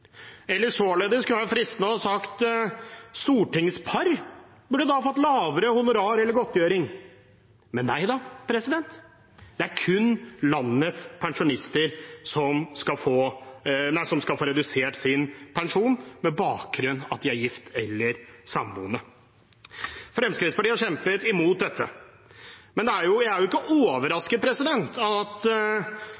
Eller således kunne det vært fristende å si at stortingspar burde fått lavere honorar eller godtgjøring. Men nei da, det er kun landets pensjonister som skal få redusert sin pensjon på bakgrunn av at de er gift eller samboende. Fremskrittspartiet har kjempet imot dette, men jeg er